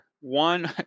One